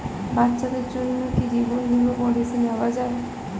বাচ্চাদের জন্য কি জীবন বীমা পলিসি নেওয়া যায়?